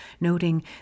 noting